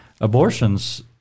abortions